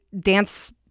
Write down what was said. dance